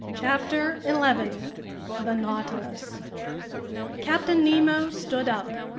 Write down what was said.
chapter eleven the nautilus captain nemo stood up.